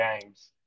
games